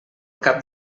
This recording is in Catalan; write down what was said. cap